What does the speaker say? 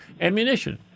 ammunition